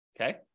Okay